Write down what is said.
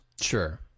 Sure